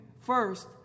first